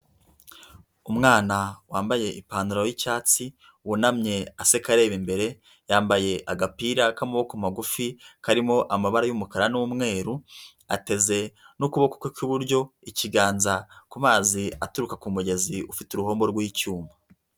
Umwana wambaye ipantaro y'icyatsi, wunamye aseka areba imbere, yambaye agapira k'amaboko magufi, karimo amabara y'umukara n'umweru, ateze n'ukuboko kwe kw'iburyo ikiganza ku mazi aturuka ku mugezi ufite uruhombo rw'icyuma.